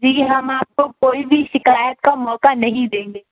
جی ہم آپ کو کوئی بھی شکایت کا موقع نہیں دیں گے